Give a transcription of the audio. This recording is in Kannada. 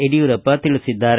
ಯಡಿಯೂರಪ್ಪ ತಿಳಿಸಿದ್ದಾರೆ